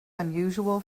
unusual